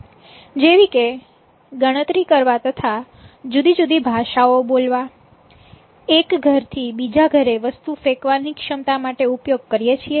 જેવી કે ગણતરી કરવા તથા જુદી જુદી ભાષાઓ બોલવા એક ઘર થી બીજા ઘરે વસ્તુ ફેંકવાની ક્ષમતા માટે ઉપયોગ કરીએ છીએ